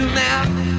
now